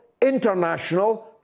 international